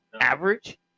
average